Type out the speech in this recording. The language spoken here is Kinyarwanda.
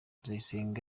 nzayisenga